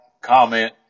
comment